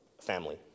family